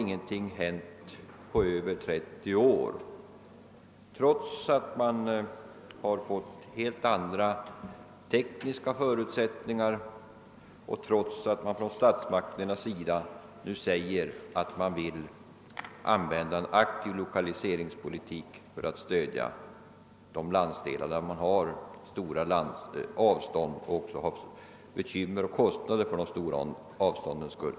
Men på de mer än 30 år som gått sedan dess har ingenting hänt, trots att de tekniska förutsättningarna nu är helt andra och trots att statsmakterna har förklarat sig vilja tillämpa en aktiv lokaliseringspolitik för att stödja de landsdelar där de långa avstånden medför bekymmer och stora kostnader.